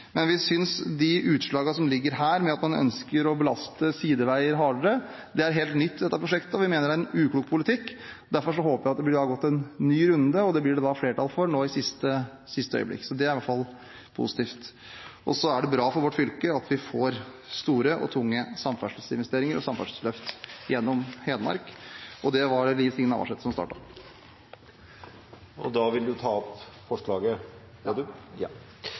men vi synes de utslagene som ligger her, med at man ønsker å belaste sideveier hardere, er helt nytt i dette prosjektet, og vi mener det er en uklok politikk. Derfor håper jeg at det blir gått en ny runde, og det blir det flertall for nå, i siste øyeblikk. Det er i hvert fall positivt. Så er det bra for vårt fylke at vi får se store og tunge samferdselsinvesteringer og samferdselsløft gjennom Hedmark, og det var det Liv Signe Navarsete som startet. Jeg tar herved opp Senterpartiets forslag. Representanten Trygve Slagsvold Vedum har tatt opp det forslaget